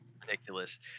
ridiculous